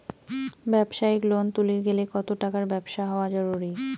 ব্যবসায়িক লোন তুলির গেলে কতো টাকার ব্যবসা হওয়া জরুরি?